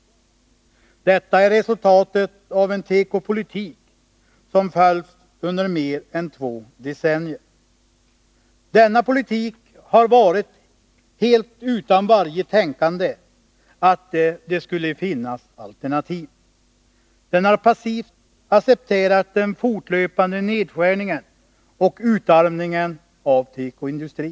Detta är resultatet av en tekopolitik som förts under mer än två decennier. Denna politik har varit helt utan varje tänkande att det skulle finnas alternativ. Den har passivt accepterat den fortlöpande nedskärningen och utarmningen av tekoindustrin.